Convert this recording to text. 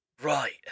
Right